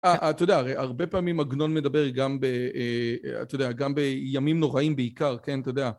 אתה יודע הרבה פעמים עגנון מדבר גם ב... אתה יודע, גם בימים נוראים בעיקר, כן? אתה יודע.